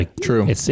True